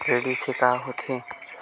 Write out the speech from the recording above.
Credit से का होथे?